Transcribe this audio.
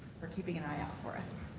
for keeping an eye out for us.